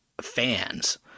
fans